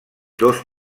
dos